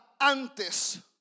antes